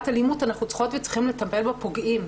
אלימות אנחנו צריכות וצריכים לטפל בפוגעים.